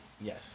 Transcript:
Yes